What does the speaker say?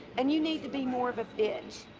and you need to be more of a bitch.